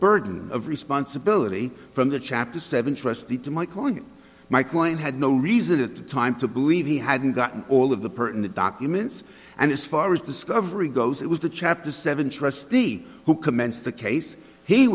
burden of responsibility from the chapter seven trustee to my calling my client had no reason at the time to believe he hadn't gotten all of the pertinent documents and as far as discovery goes it was the chapter seven trustee who commenced the case he